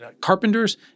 carpenters